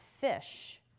fish